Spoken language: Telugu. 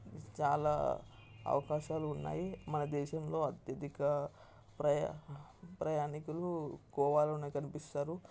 చాలా అవకాశాలు ఉన్నాయి మన దేశంలో అత్యధిక ప్రయా ప్రయాణికులు గోవాలోనే కనిపిస్తారు